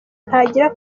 ntagira